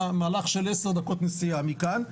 ממש מהלך של עשר דקות נסיעה מכאן,